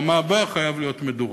המעבר חייב להיות מדורג.